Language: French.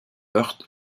heurte